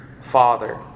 Father